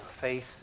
faith